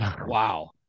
wow